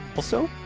also,